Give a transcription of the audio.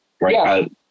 right